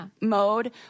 mode